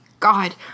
God